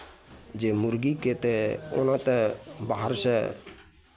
जे मुर्गीके तऽ ओना तऽ बाहरसँ